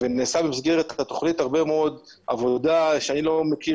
נעשתה במסגרת התכנית הרבה מאוד עבודה שאני לא מכיר